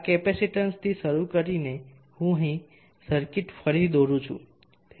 આ કેપેસિટેન્સથી શરૂ કરીને હું અહીં સર્કિટ ફરીથી દોરૂ છું